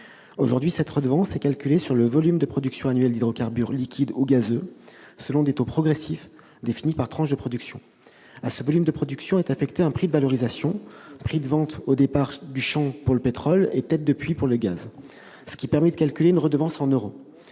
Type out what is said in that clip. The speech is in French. d'hydrocarbures est calculée sur le volume de production annuelle d'hydrocarbures liquides ou gazeux selon des taux progressifs définis par tranches de production. À ce volume de production est affecté un prix de valorisation, prix de vente au départ du champ pour le pétrole et tête de puits pour le gaz, ce qui permet de calculer une redevance en euros.